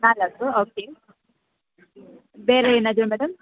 ನಾಲ್ಕು ಓಕೆ ಬೇರೆ ಏನಾದರು ಮೇಡಮ್